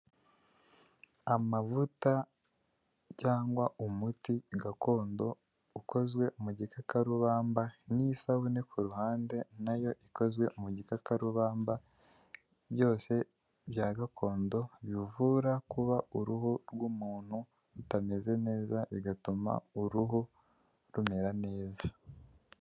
Amavuta cyangwa umuti gakondo ukozwe mu gikakarubamba n'isabune ku ruhande nayo ikozwe mu gikakarubamba byose bya gakondo bivura kuba uruhu rw'umuntu rutameze neza bigatuma uruhu rumera neza.